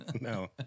no